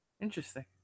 Interesting